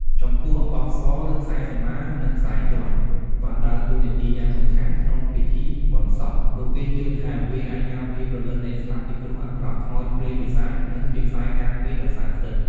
ចំពោះអំបោះស ឬខ្សែសីមា និងខ្សែយ័ន្ត បានដើរតួនាទីយ៉ាងសំខាន់ក្នុងពិធីបុណ្យសព ព្រោះគេជឿថាវាអាចការពារព្រលឹងអ្នកស្លាប់ពីគ្រោះអាក្រក់ ខ្មោចព្រាយបិសាច និងជាខ្សែការពារដ៏ស័ក្តិសិទ្ធិ។